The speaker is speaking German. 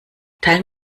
teilen